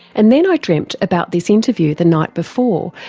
and then i dreamt about this interview the night before,